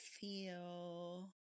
feel